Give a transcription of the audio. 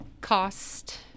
cost